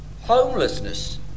Homelessness